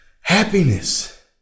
happiness